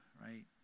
right